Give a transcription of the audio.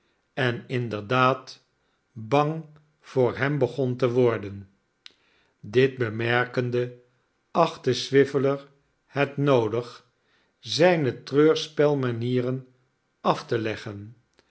en inderdaad bang voor hem begon te worden dit bemerkende achtte swiveller het noodig zijne treurspelmanieren af te leggen